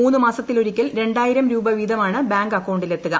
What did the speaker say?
മൂന്ന് മാസത്തിലൊരിക്കൽ രണ്ടായിരം രൂപ വീതമാണ് ബാങ്ക് അക്കൌണ്ടിലെത്തുക